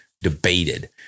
debated